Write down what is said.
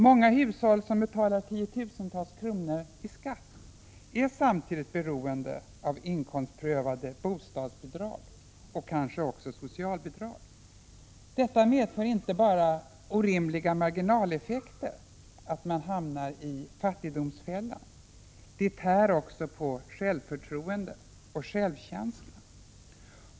Många hushåll som betalar tiotusentals kronor i skatt är samtidigt beroende av inkomstprövade bostadsbidrag och kanske också socialbidrag. Detta medför inte bara orimliga marginaleffekter så att man hamnar i fattigdomsfällan. Det tär också på självförtroende och självkänsla.